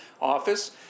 office